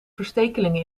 verstekelingen